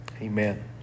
Amen